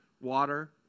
water